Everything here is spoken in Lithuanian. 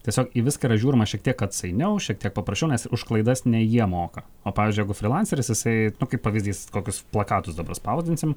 tiesiog į viską yra žiūrima šiek tiek atsainiau šiek tiek paprasčiau nes už klaidas ne jie moka o pavyzdžiui jeigu frylanceris jisai kaip pavyzdys kokius plakatus dabar spausdinsim